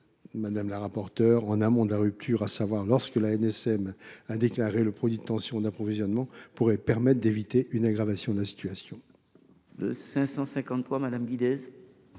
madame la rapporteure, en amont de la rupture, à savoir lorsque l’ANSM a déclaré le produit en tension d’approvisionnement, pourrait permettre d’éviter une aggravation de la situation. La parole est